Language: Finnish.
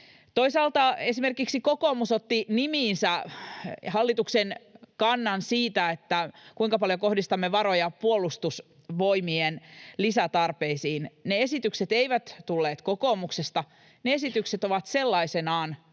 Toisaalta esimerkiksi kokoomus otti nimiinsä hallituksen kannan siitä, kuinka paljon kohdistamme varoja Puolustusvoimien lisätarpeisiin. Ne esitykset eivät tulleet kokoomuksesta. Ne esitykset, mitä tämän maan